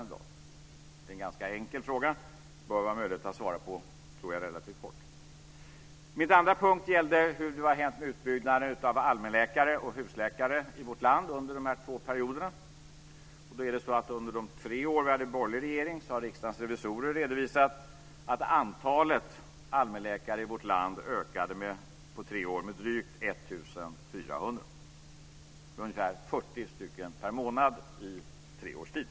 Det är en ganska enkel fråga som bör vara möjlig att besvara relativt kort. Min andra punkt gällde vad som har hänt med utbyggnaden av allmänläkare och husläkare i vårt land under de här två perioderna. Under de tre år vi hade borgerlig regering ökade, har Riksdagens revisorer redovisat, antalet allmänläkare i vårt land med drygt 1 400, dvs. ungefär 40 per månad i tre års tid.